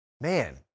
man